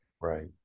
Right